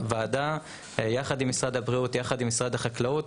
ועדה יחד עם משרד הבריאות ויחד עם משרד החקלאות,